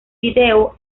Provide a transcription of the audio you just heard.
vídeo